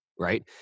right